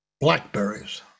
blackberries